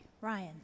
Ryan